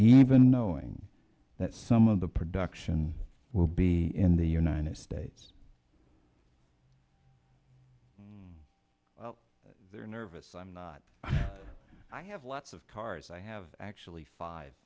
even knowing that some of the production will be in the united states well they're nervous i'm not i have lots of cars i have actually five